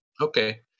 Okay